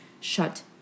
shut